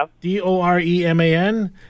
D-O-R-E-M-A-N